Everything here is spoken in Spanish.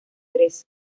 tres